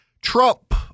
Trump